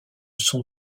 son